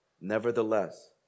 Nevertheless